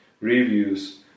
reviews